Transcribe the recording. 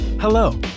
Hello